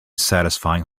satisfying